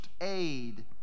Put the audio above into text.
aid